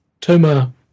Toma